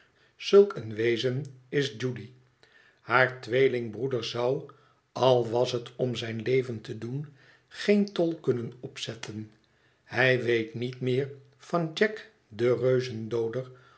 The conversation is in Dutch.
zulk een wezen is judy haar tweelingbroeder zou al was het om zijn leven te doen geen tol kunnen opzetten hij weet niet meer van jack den